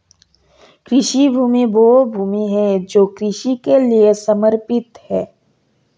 कृषि भूमि वह भूमि है जो कृषि के लिए समर्पित है